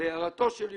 אני שרון בן עזרא,